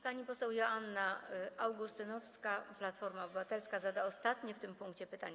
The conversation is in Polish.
Pani poseł Joanna Augustynowska, Platforma Obywatelska, zada ostatnie w tym punkcie pytanie.